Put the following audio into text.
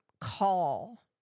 call